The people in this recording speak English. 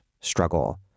struggle